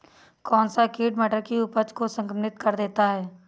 कौन सा कीट मटर की उपज को संक्रमित कर देता है?